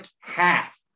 half